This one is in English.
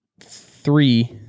three